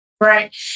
Right